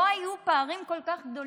לא היו פערים כל כך גדולים.